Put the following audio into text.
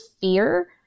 fear